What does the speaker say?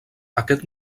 aquest